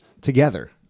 together